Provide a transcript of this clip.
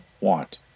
want